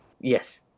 Yes